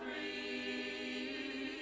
a